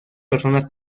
personas